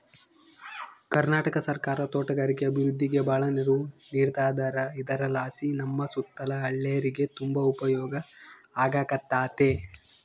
ಕರ್ನಾಟಕ ಸರ್ಕಾರ ತೋಟಗಾರಿಕೆ ಅಭಿವೃದ್ಧಿಗೆ ಬಾಳ ನೆರವು ನೀಡತದಾರ ಇದರಲಾಸಿ ನಮ್ಮ ಸುತ್ತಲ ಹಳ್ಳೇರಿಗೆ ತುಂಬಾ ಉಪಯೋಗ ಆಗಕತ್ತತೆ